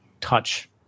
touch